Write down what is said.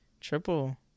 triple